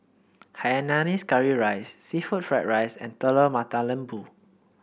Hainanese Curry Rice seafood Fried Rice and Telur Mata Lembu